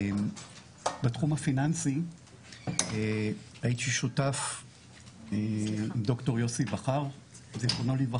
בתחום הפיננסי הייתי שותף לד"ר יוסי בכר ז"ל,